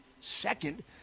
second